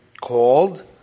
called